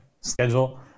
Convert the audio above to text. schedule